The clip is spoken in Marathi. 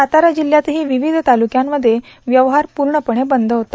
सातारा जिल्ह्यात ही विविध तालुक्यातले व्यवहार पूर्णपणे बंद होता